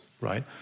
right